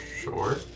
Sure